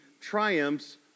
triumphs